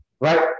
Right